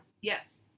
Yes